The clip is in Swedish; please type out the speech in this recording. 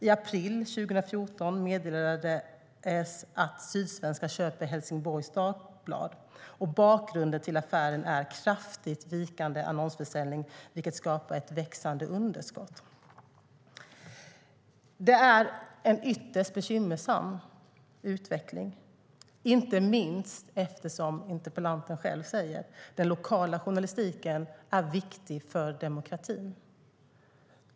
I april 2014 meddelades att Sydsvenskan köper Helsingborgs Dagblad, och bakgrunden till affären är kraftigt vikande annonsbeställning, vilket skapar ett växande underskott. Det är en ytterst bekymmersam utveckling, inte minst, som interpellanten själv säger, eftersom den lokala journalistiken är viktig för demokratin.